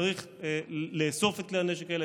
צריך לאסוף את כלי הנשק האלה,